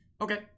Okay